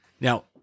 Now